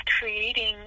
creating